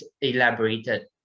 elaborated